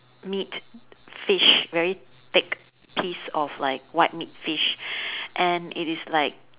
meat fish very thick piece of like white meat fish and it is like